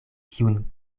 kiun